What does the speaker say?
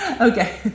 Okay